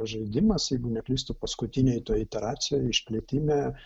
žaidimas jeigu neklystu paskutinėj iteracijoj išplėtime